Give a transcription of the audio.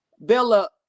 Bella